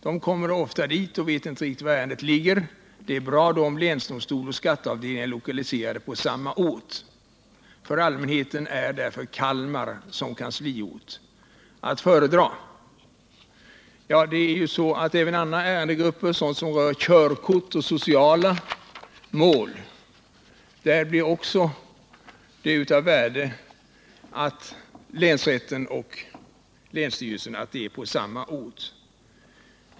Folk kommer ofta dit och vet inte riktigt var ärendet ligger, och då är det bra om länsdomstolen och skatteavdelningen är lokaliserade på samma ort. För allmänheten är därför Kalmar att föredra som kansliort. Även i fråga om andra ärenden, t.ex. sådana som gäller körkort och sociala mål, är det av värde att länsrätten och länsstyrelsen ligger på samma ort.